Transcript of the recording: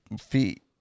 feet